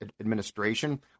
administration